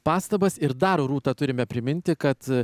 pastabas ir dar rūta turime priminti kad